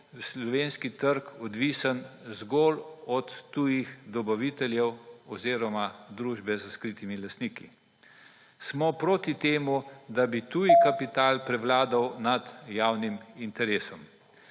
slovenski trg odvisen zgolj od tujih dobaviteljev oziroma družbe s skritimi lastniki. Smo proti temu, da bi tuj kapital prevladal nad javnim interesom.